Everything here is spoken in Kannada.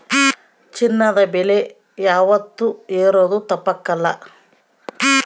ಚಿನ್ನದ ಬೆಲೆ ಯಾವಾತ್ತೂ ಏರೋದು ತಪ್ಪಕಲ್ಲ